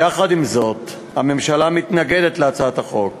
יחד עם זאת, הממשלה מתנגדת להצעת החוק